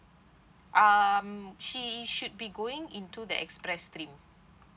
um she is should be going into the express stream